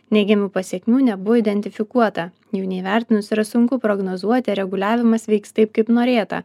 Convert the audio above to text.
neigiamų pasekmių nebuvo identifikuota jų neįvertinus yra sunku prognozuoti ar reguliavimas veiks taip kaip norėta